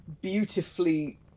beautifully